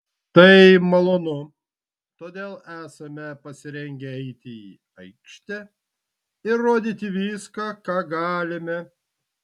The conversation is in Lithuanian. tai malonu todėl esame pasirengę eiti į aikštę ir rodyti viską ką galime